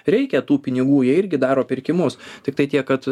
reikia tų pinigų jie irgi daro pirkimus tiktai tiek kad